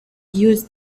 used